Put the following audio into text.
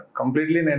completely